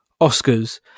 Oscars